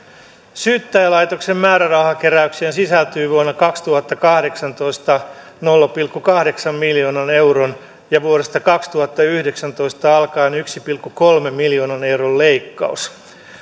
syyttäjälaitoksen määrärahakehykseen sisältyy vuonna kaksituhattakahdeksantoista nolla pilkku kahdeksan miljoonan euron ja vuodesta kaksituhattayhdeksäntoista alkaen yhden pilkku kolmen miljoonan euron leikkaus